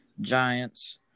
Giants